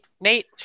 Nate